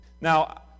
now